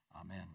Amen